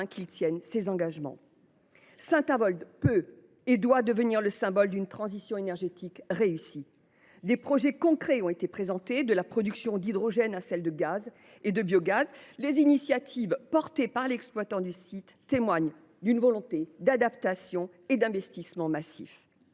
qu’il tienne ses engagements. Saint Avold peut et doit devenir le symbole d’une transition énergétique réussie. Des projets concrets ont été présentés – production d’hydrogène, de gaz ou de biogaz – et les initiatives de l’exploitant du site témoignent d’une volonté d’adaptation et d’investissements massifs.